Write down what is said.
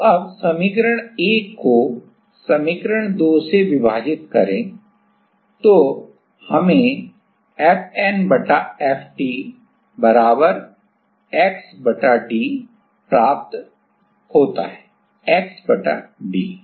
तो अब समीकरण 1 को 2 से विभाजित करें तो हम कि FN बटा FT बराबर x बटा d प्राप्त कर सकते हैं x बटा d